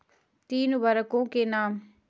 तीन उर्वरकों के नाम?